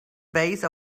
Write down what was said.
base